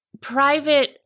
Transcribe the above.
private